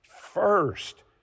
first